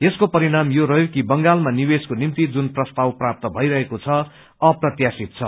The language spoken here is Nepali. यसको परिणाम यो रहयो कि बंगालामा निवेशको निम्ति जुन प्रस्ताव प्राप्त भइरहेको छ अप्रत्याशित छ